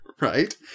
Right